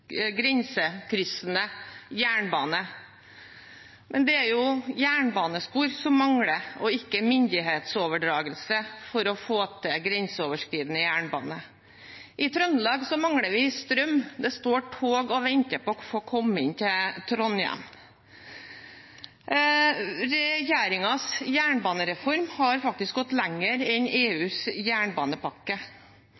grensekryssende jernbane, men det er jo jernbanespor som mangler, og ikke myndighetsoverdragelse, for å få til grenseoverskridende jernbane. I Trøndelag mangler vi strøm. Det står tog og venter på å få komme inn til Trondheim. Regjeringens jernbanereform har faktisk gått lenger enn